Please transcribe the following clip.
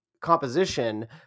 composition